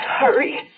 hurry